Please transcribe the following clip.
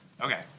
okay